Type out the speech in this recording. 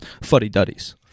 fuddy-duddies